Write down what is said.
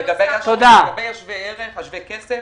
לגבי שווה כסף,